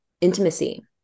intimacy